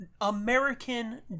American